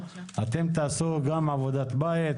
אתם גם תעשו עבודת בית,